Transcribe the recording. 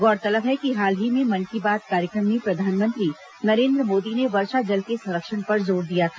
गौरतलब है कि हाल ही में मन की बात कार्यक्रम में प्रधानमंत्री नरेन्द्र मोदी ने वर्षा जल के संरक्षण पर जोर दिया था